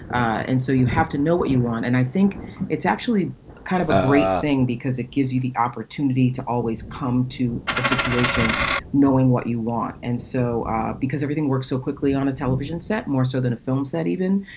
and so you have to know what you want. and i think it's actually kind of a great thing because it gives you the opportunity to always come to a situation knowing what you want. and so um because everything works so quickly on a television set, more so than a film set, even,